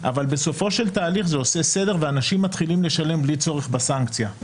אבל בסופו של תהליך זה עושה סדר ואנשים מתחילים לשלם בלי צורך בסנקציה.